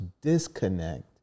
disconnect